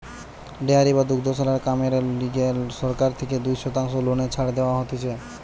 dairy বা দুগ্ধশালার কামেরে লিগে সরকার থেকে দুই শতাংশ লোনে ছাড় দেওয়া হতিছে